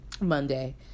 Monday